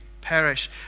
perish